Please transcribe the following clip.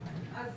אז